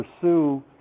pursue